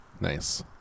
Nice